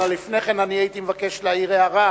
אבל לפני כן הייתי מבקש להעיר הערה